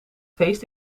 feest